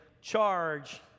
Charge